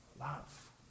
love